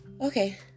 Okay